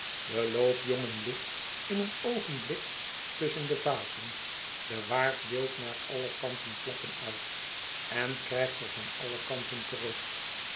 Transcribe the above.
de loopjongen ligt in een oogenblik tusschen de vaten de waard deelt naar alle kanten klappen uit en krijgt er van alle kanten terug